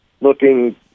looking